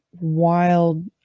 wild